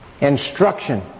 instruction